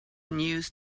news